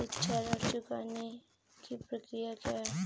शिक्षा ऋण चुकाने की प्रक्रिया क्या है?